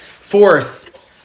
Fourth